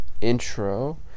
intro